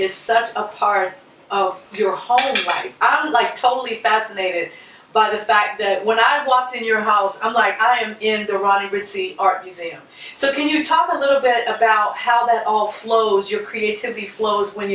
is such a part of your hobby i'm like totally fascinated by the fact that when i walk to your house i'm like i'm in the run art museum so can you talk a little bit about how it all flows your creativity flows when